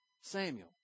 Samuel